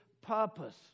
purpose